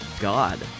God